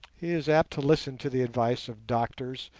he is apt to listen to the advice of doctors,